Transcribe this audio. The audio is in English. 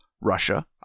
Russia